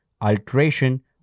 alteration